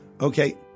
Okay